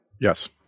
yes